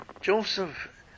Joseph